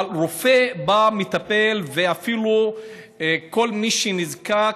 רופא בא, מטפל, ואפילו בכל מי שנזקק,